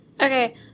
Okay